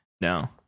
no